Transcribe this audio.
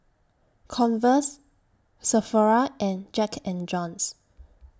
Converse Sephora and Jack and Jones